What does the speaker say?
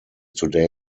today